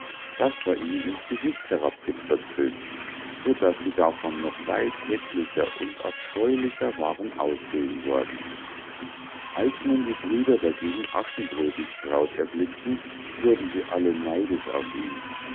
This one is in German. das war ihnen ins gesicht herabgetröpfelt so daß sie davon noch weit häßlicher und abscheulicher waren aussehen worden als nun die brüder dagegen aschenbrödels braut erblickten wurden sie alle neidisch auf ihn